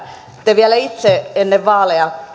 te vielä itse ennen vaaleja